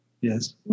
Yes